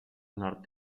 nord